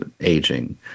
aging